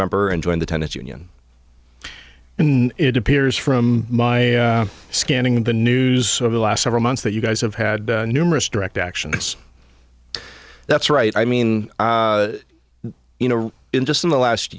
member and join the tenet union in it appears from my scanning the news over the last several months that you guys have had numerous direct actions that's right i mean you know in just in the last